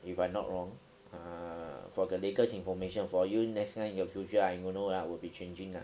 if I'm not wrong err for the latest information for you next time in the future I don't know lah would be changing lah